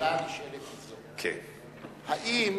השאלה הנשאלת היא, האם